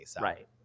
Right